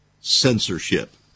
censorship